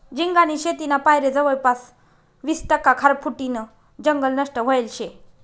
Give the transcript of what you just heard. झिंगानी शेतीना पायरे जवयपास वीस टक्का खारफुटीनं जंगल नष्ट व्हयेल शे